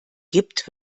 gibt